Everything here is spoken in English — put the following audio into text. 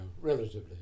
relatively